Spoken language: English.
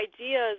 ideas